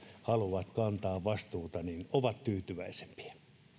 haluavat kantaa vastuuta on tyytyväisempi